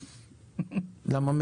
למה,